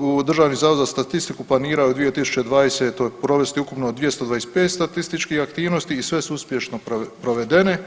u Državni zavod za statistiku planira u 2020. provesti ukupno 225 statističkih aktivnosti i sve su uspješno provedene.